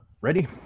ready